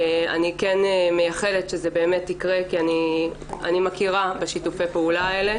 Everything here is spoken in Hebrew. אני כן מייחלת שזה באמת יקרה כי אני מכירה בשיתופי הפעולה האלה